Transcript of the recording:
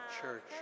church